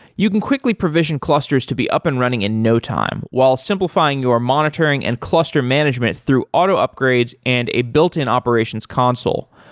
you can quickly provision clusters to be up and running in no time while simplifying your monitoring and cluster management through auto upgrades and a built-in operations console.